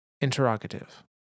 interrogative